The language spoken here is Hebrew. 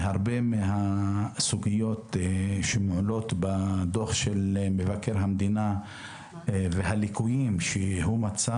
הרבה מן הסוגיות שמועלות בדוח מבקר המדינה והליקויים שהוא מצא